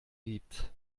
gibt